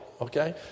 Okay